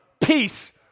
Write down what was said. peace